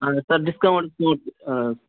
اَہَن حظ sir discount کوٗت آ